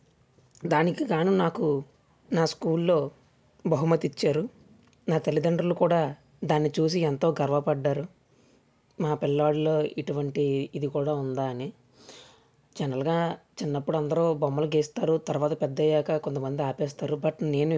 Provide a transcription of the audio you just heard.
ఆ హ్యాండిల్ చేయాల్సి వస్తుంది ఎందుకంటే వాళ్లు అప్పుడే పుడతారు వాళ్లకి ఈ వాతావరణం సరిగ్గా అలవాటు అయ్యేదాకా వాళ్ళు చాలా ఇబ్బంది పడుతూ ఉంటారు సరిగ్గా గాలి పీల్చుకోడానికి కాని తిండి సరిగ్గా అరిగించుకోవడానికి కాని అప్పుడు దాకా తల్లి కడుపులో ఉండి వస్తారు కదా చాలా ఇబ్బందిగా పడుతూ ఉంటారు